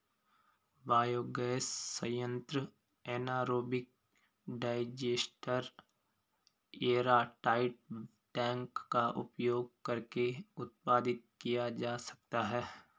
biogas संयंत्र anaerobic digester airtight tank का उपयोग करके उत्पादित किया जा सकता है